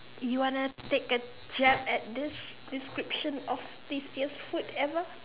you wanna take a jab at this this description of tastiest food ever